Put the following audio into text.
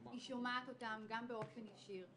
היא שומעת אותם גם באופן ישיר.